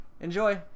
Enjoy